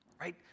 right